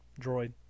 Droid